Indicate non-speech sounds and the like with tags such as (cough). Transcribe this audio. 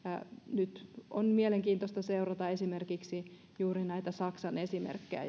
nyt on mielenkiintoista seurata esimerkiksi juuri näitä saksan esimerkkejä (unintelligible)